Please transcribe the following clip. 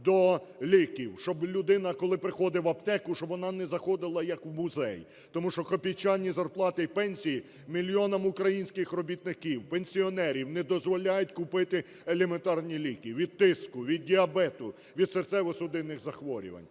до ліків, щоб людина, коли приходить в аптеку, щоб вона не заходила як у музей. Тому що копійчані зарплати і пенсії мільйона українських робітників, пенсіонерів не дозволяють купити елементарні ліки від тиску, від діабету, від серцево-судинних захворювань.